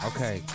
Okay